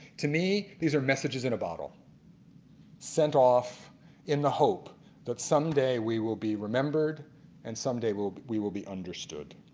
to me these are messages in a bottle sent off in the hope that someday we will be remembered and some day we will be understood.